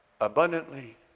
abundantly